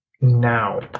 now